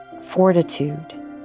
fortitude